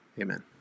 Amen